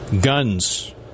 Guns